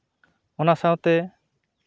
ᱚᱱᱟ ᱥᱟᱶᱛᱮ